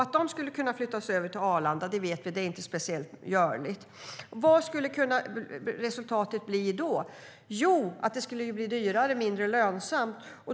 Att de skulle flyttas över till Arlanda vet vi inte är speciellt görligt. Vad skulle resultatet kunna bli då? Jo, att det skulle bli dyrare och mindre lönsamt.